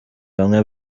bamwe